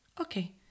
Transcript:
okay